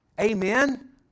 Amen